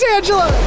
Angela